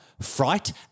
fright